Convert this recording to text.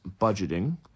budgeting